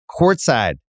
courtside